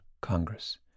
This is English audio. Congress